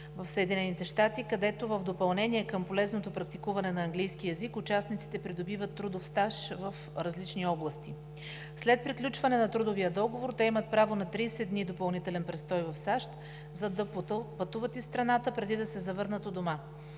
градове в САЩ, където в допълнение към полезното практикуване на английски език участниците придобиват трудов стаж в различни области. След приключване на трудовия договор те имат право на 30 дни допълнителен престой в САЩ, за да пътуват из страната, преди да се завърнат у дома.